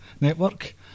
Network